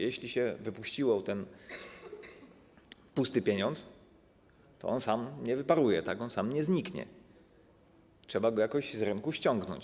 Jeśli się wypuściło pusty pieniądz, to on sam nie wyparuje, on sam nie zniknie, trzeba go jakoś z rynku ściągnąć.